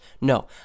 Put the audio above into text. No